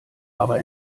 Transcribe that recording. aber